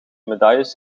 medailles